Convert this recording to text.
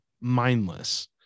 mindless